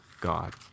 God